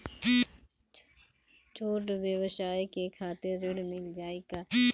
छोट ब्योसाय के खातिर ऋण मिल जाए का?